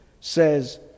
says